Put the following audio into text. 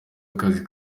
akazi